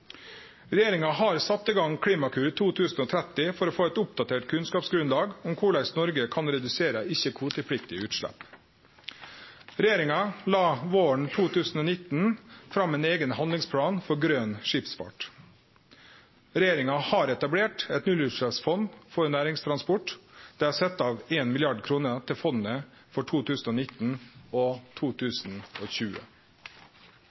Regjeringa har sett i gang Klimakur 2030 for å få eit oppdatert kunnskapsgrunnlag om korleis Noreg kan redusere ikkje-kvotepliktige utslepp. Regjeringa la våren 2019 fram ein eigen handlingsplan for grøn skipsfart. Regjeringa har etablert Nullutsleppsfondet for næringstransport. Det er sett av 1 mrd. kr til fondet for 2019 og